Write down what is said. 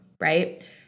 Right